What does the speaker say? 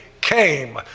came